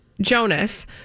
Jonas